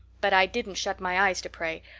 but i didn't shut my eyes to pray,